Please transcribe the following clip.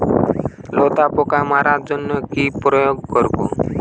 লেদা পোকা মারার জন্য কি প্রয়োগ করব?